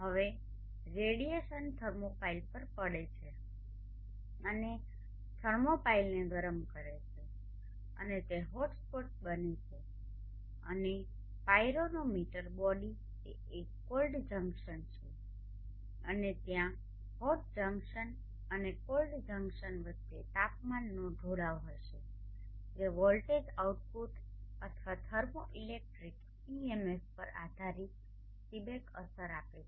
હવે radiation thermopile પર પડે છે અને થર્મોપાઇલને ગરમ કરે છે અને તે હોટસ્પોટ બને છે અને પાયરોનોમીટર બોડી એ કોલ્ડ જંકશન છે અને ત્યાં હોટ જંકશન અને કોલ્ડ જંકશન વચ્ચે તાપમાનનો ઢોળાવ હશે જે વોલ્ટેજ આઉટપુટ અથવા થર્મો ઇલેક્ટ્રિક EMF પર આધારિત સીબેક અસર આપે છે